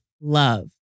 love